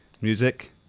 music